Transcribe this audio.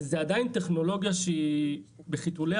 זו עדיין טכנולוגיה שהיא בחיתוליה,